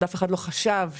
עוד אף אחד לא חשב שיתפתח,